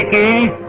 a